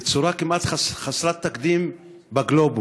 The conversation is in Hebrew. בצורה כמעט חסרת תקדים בגלובוס,